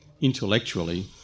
intellectually